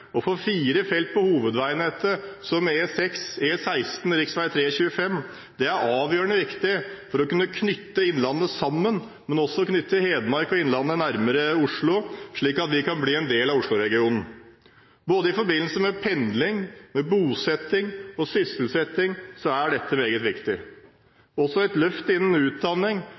og få fire felt på hovedveinettet, som f.eks. E6, E16, rv. 3/rv. 25, er avgjørende viktig for å kunne knytte innlandet sammen, men også for å knytte Hedmark og innlandet nærmere til Oslo, slik at vi kan bli en del av Oslo-regionen. I forbindelse med både pendling, bosetting og sysselsetting er dette meget viktig. Et løft innen utdanning,